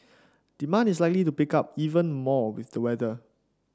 demand is likely to pick up even more with the weather